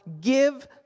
give